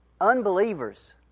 Unbelievers